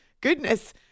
Goodness